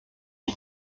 ich